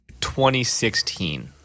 2016